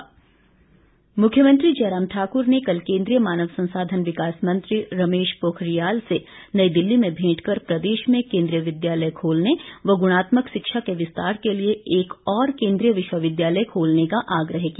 भेंट मुख्यमंत्री जय राम ठाक्र ने कल केंद्रीय मानव संसाधन विकास मंत्री रमेश पोखरियाल से नई दिल्ली में भेंट कर प्रदेश में केंद्रीय विद्यालय खोलने व गुणात्मक शिक्षा के विस्तार के लिए एक और केंद्रीय विश्वविद्यालय खोलने का आग्रह किया